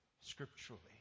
scripturally